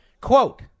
Quote